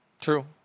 true